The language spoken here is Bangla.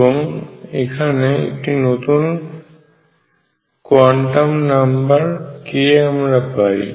এবং এখানে একটি নতুন কোয়ান্টাম নাম্বার k আমরা পাই